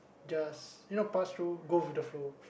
just you know pass through go over the flow